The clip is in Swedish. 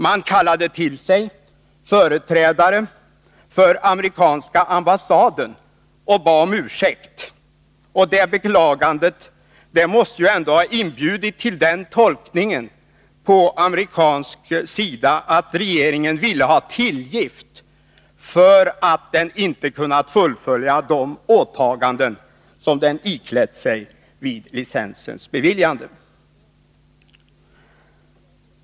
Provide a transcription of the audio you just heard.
Man kallade till sig företrädare för amerikanska ambassaden och bad om ursäkt. Det beklagandet måste på amerikansk sida ha inbjudit till den tolkningen att regeringen vill ha tillgift för att den inte hade kunnat fullfölja de åtaganden som den iklätt sig vid licensens beviljande.